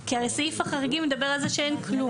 כי הרי סעיף החריגים מדבר על זה שאין כלום.